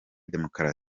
demokarasi